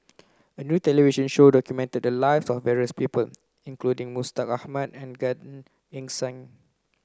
a new television show documented the lives of various people including Mustaq Ahmad and Gan Eng Seng